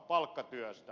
palkkatyöstä